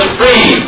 free